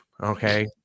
Okay